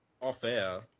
off-air